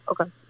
okay